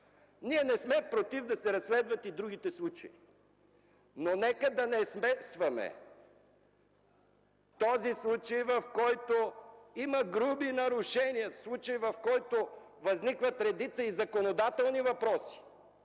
Ние не сме против да се разследват и другите случаи, но нека да не смесваме този случай, в който има груби нарушения, случай, в който възникват и редица законодателни въпроси,